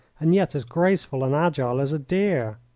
and yet as graceful and agile as a deer.